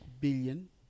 billion